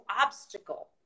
obstacle